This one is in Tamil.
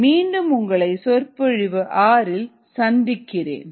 மீண்டும் உங்களை சொற்பொழிவு ஆறில் சந்திக்கிறேன்